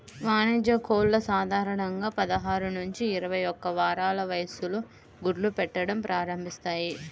వాణిజ్య కోళ్లు సాధారణంగా పదహారు నుంచి ఇరవై ఒక్క వారాల వయస్సులో గుడ్లు పెట్టడం ప్రారంభిస్తాయి